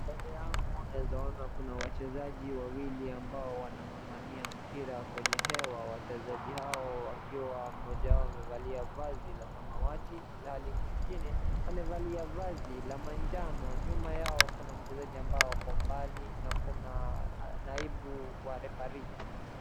Mbwele angu naona kuina wachezaji wawili ambao wanangangania mpira kwenye hewa, wachezaji hao wakiwa mmoja wao amevalia mavazi la samawati ilhali mwingine amevalia vazi la manjano na nyuma yao kuna mchezaji ambaye ako mbali na kuna naibu wa refaree.